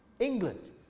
England